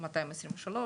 223,